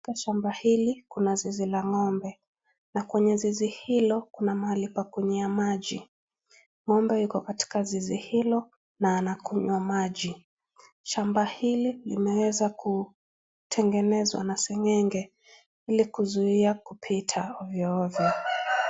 Katika shamba hili kuna zizi la ng'ombe na kwenye zizi hilo kuna mahali pa kunywia maji, ng'ombe yuko katika zizi hilo na anakunywa maji, shamba hili limeweza kutengenezwa na seng'enge ili kuzuia kupita ovyoovyo.